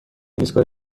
ایستگاه